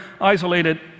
isolated